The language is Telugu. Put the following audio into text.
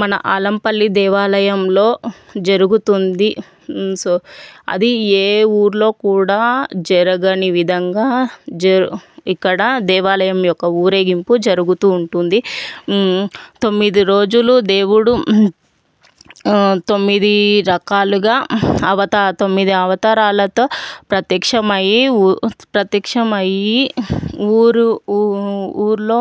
మన అలంపల్లి దేవాలయంలో జరుగుతుంది సో అది ఏ ఊరిలో కూడా జరగని విధంగా జరు ఇక్కడ దేవాలయం యొక్క ఊరేగింపు జరుగుతూ ఉంటుంది తొమ్మిది రోజులు దేవుడు తొమ్మిది రకాలుగా అవత తొమ్మిది అవతారాలతో ప్రత్యక్షమై ప్రత్యక్షమై ఊరు ఊ ఊరిలో